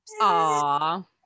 Aww